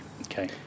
Okay